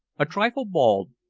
a trifle bald,